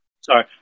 Sorry